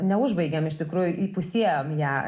neužbaigėm iš tikrųjų įpusėjom ją